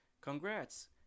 Congrats